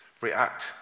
react